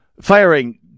Firing